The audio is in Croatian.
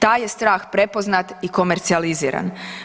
Taj je stah prepoznat i komercijaliziran.